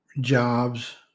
jobs